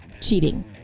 cheating